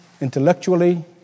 intellectually